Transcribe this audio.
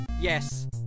yes